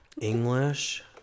English